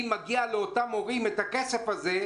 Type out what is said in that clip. אם מגיע לאותם הורים הכסף הזה,